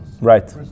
right